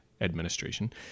Administration